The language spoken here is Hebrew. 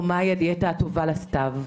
או מהי הדיאטה הטובה לסתיו.